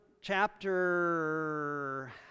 chapter